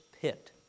pit